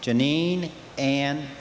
janine and